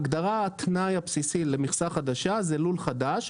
ההגדרה "התנאי הבסיסי למכסה חדשה" זה לול חדש.